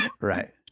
Right